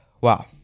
Wow